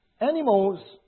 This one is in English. Animals